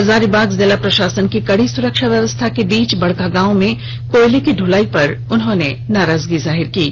हजारीबाग जिला प्रशासन की कड़ी सुरक्षा व्यवस्था के बीच बड़कागांव में कोयले की ढ़लाई पर अपनी नाराजगी जाहिर की है